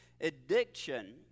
Addiction